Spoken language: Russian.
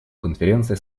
конференция